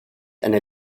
eine